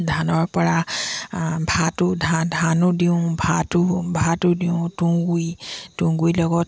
ধানৰ পৰা ভাতো ধান ধানো দিওঁ ভাতো ভাতো দিওঁ তুঁহগুই তুঁহগুৰি লগত